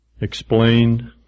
explained